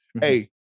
Hey